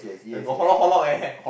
eh got eh